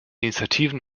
initiativen